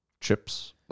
chips